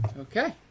Okay